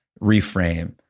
reframe